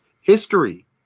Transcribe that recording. history